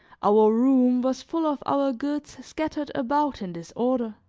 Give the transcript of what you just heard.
our room was full of our goods scattered about in disorder,